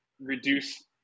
reduce